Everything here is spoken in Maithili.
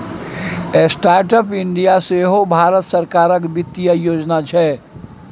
स्टार्टअप इंडिया सेहो भारत सरकारक बित्तीय योजना छै